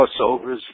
crossovers